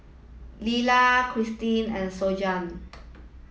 Lella Cristine and Sonja